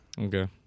Okay